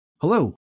Hello